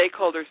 stakeholders